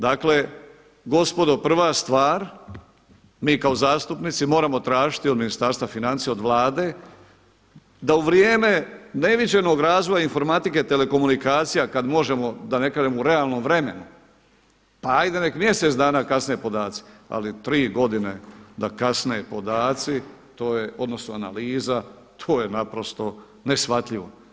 Dakle, gospodo prva stvar mi kao zastupnici moramo tražiti od Ministarstva financija, od Vlade da u vrijeme neviđenog razvoja informatike, telekomunikacija kada možemo da ne kažem u realnom vremenu, pa ajde nek mjesec dana kasne podaci, ali tri godine da kasne podaci odnosno analiza to je naprosto neshvatljivo.